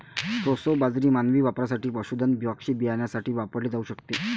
proso बाजरी मानवी वापरासाठी, पशुधन पक्षी बियाण्यासाठी वापरली जाऊ शकते